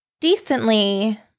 decently